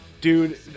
Dude